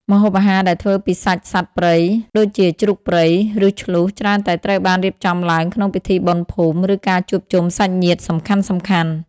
ម្ហូបអាហារដែលធ្វើពីសាច់សត្វព្រៃ ដូចជាជ្រូកព្រៃ ឬឈ្លូស ច្រើនតែត្រូវបានរៀបចំឡើងក្នុងពិធីបុណ្យភូមិ ឬការជួបជុំសាច់ញាតិសំខាន់ៗ។